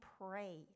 pray